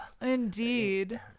Indeed